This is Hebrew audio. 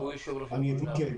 אני אתמקד.